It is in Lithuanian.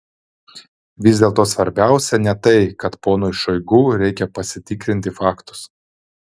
vis dėlto svarbiausia ne tai kad ponui šoigu reikia pasitikrinti faktus